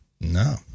No